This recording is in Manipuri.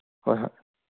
ꯍꯣꯏ ꯍꯣꯏ